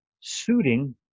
suiting